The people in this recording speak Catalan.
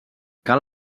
cal